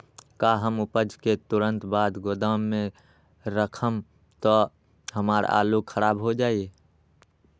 का हम उपज के तुरंत बाद गोदाम में रखम त हमार आलू खराब हो जाइ?